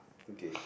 okay